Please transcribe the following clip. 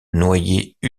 noyait